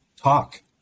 talk